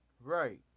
Right